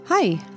Hi